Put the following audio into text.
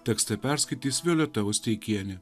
tekstą perskaitys violeta osteikienė